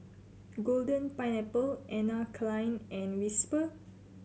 Golden Pineapple Anne Klein and Whisper